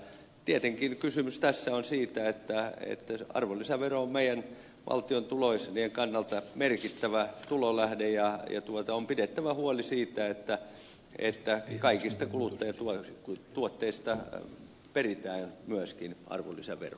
tietenkin kysymys tässä on siitä että arvonlisävero on meillä valtion tulojen kannalta merkittävä tulolähde ja on pidettävä huoli siitä että kaikista kuluttajatuotteista myöskin peritään arvonlisävero